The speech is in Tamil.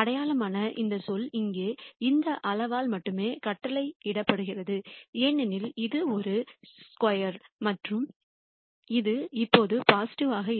அடையாளமான இந்த சொல் இங்கே இந்த அளவால் மட்டுமே கட்டளையிடப்படுகிறது ஏனெனில் இது ஒரு சதுரம் மற்றும் அது எப்போதும் பாசிட்டிவாக இருக்கும்